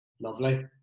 Lovely